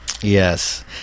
Yes